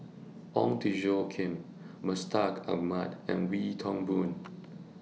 Ong Tjoe Kim Mustaq Ahmad and Wee Toon Boon